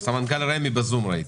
ראיתי שסמנכ"ל רשות מקרקעי ישראל בזום,